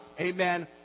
amen